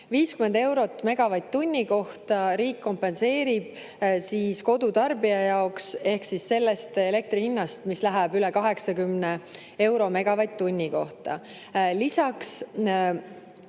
50 eurot megavatt-tunni kohta riik kompenseerib kodutarbijale, see on siis sellest elektri hinnast, mis läheb üle 80 euro megavatt-tunni kohta. Lisaks,